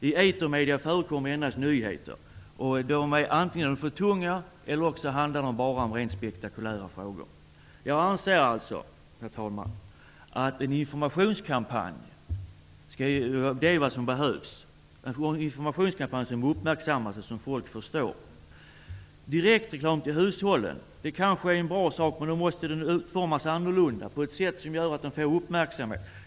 I etermedierna förekommer endast nyheter, som antingen är för tunga eller också bara gäller rent spektakulära frågor. Herr talman! Jag anser alltså att det som behövs är en informationskampanj som uppmärksammas och som folk förstår. Direktreklam till hushållen är kanske bra. Men då måste den utformas annorlunda, så att den får uppmärksamhet.